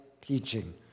teaching